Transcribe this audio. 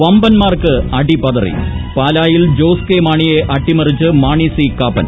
വമ്പൻമാർക്ക് അടിപതറി പാലായിൽ ജോസ് കെ മാണിയെ അട്ടിമറിച്ച് മാണി സി കാപ്പൻ